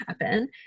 happen